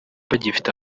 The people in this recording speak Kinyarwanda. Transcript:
bagifite